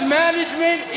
management